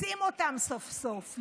מוצאים אותם סוף-סוף.